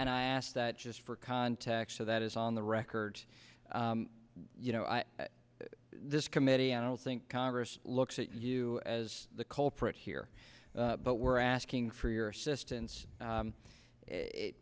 and i ask that just for context so that is on the record you know this committee animals think congress looks at you as the culprit here but we're asking for your assistance